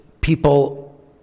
people